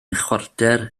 chwarter